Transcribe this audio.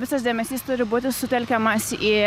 visas dėmesys turi būti sutelkiamas į